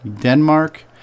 Denmark